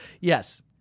Yes